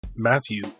Matthew